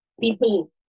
people